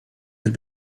had